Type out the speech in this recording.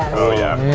oh yeah.